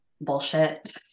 bullshit